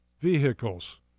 vehicles